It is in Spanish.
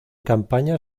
campaña